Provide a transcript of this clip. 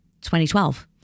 2012